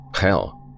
Hell